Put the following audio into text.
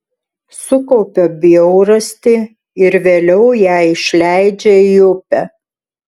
sukaupia bjaurastį ir vėliau ją išleidžia į upę